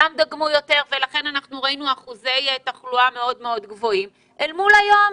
ולכן ראינו אחוזי תחלואה מאוד-מאוד גבוהים אל מול הנתונים היום,